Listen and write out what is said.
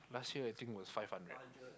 last year I think was five hundred